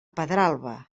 pedralba